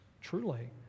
Truly